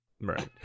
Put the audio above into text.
Right